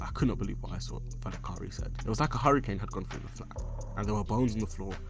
i could not believe what i saw, valakari said. it was like a hurricane had gone through the flat, and there were bones on the floor.